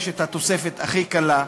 יש התוספת הכי קלה,